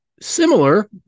similar